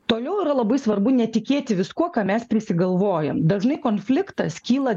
toliau yra labai svarbu netikėti viskuo ką mes prisigalvojam dažnai konfliktas kyla